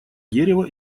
дерево